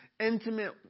intimate